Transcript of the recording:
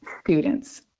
students